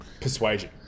persuasion